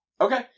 Okay